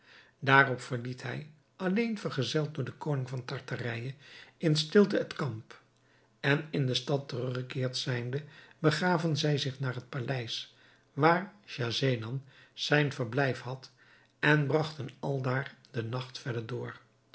daarop verliet hij alleen vergezeld door den koning van tartarije in stilte het kamp en in de stad teruggekeerd zijnde begaven zij zich naar het paleis waar schahzenan zijn verblijf had en bragten aldaar den nacht verder door